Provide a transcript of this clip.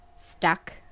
stuck